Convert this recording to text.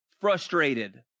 frustrated